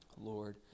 Lord